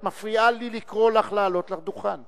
את מפריעה לי לקרוא לך לעלות לדוכן.